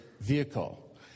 vehicle